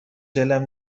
دلم